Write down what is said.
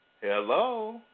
Hello